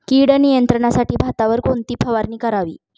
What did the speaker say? कीड नियंत्रणासाठी भातावर कोणती फवारणी करावी?